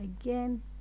again